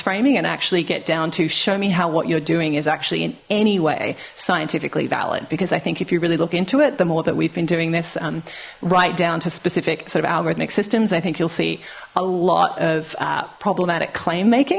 framing and actually get down to show me how what you're doing is actually in any way scientifically valid because i think if you really look into it the more that we've been doing this and right down to specific sort of algorithmic systems i think you'll see a lot of problematic claim making